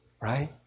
right